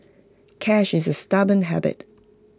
cash is A stubborn habit